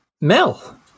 Mel